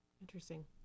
Interesting